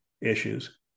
issues